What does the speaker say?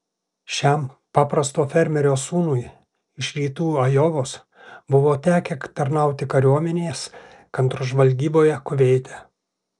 šiam paprasto fermerio sūnui iš rytų ajovos buvo tekę tarnauti kariuomenės kontržvalgyboje kuveite